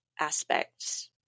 aspects